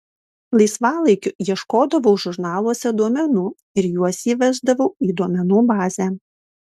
laisvalaikiu ieškodavau žurnaluose duomenų ir juos įvesdavau į duomenų bazę